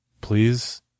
Please